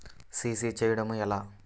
CC చేయడము ఎలా?